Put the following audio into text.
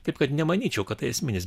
taip kad nemanyčiau kad tai esminis